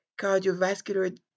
cardiovascular